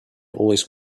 always